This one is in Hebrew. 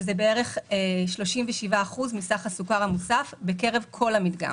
שזה בערך 37% מסך הסוכר המוסף בקרב כל המדגם.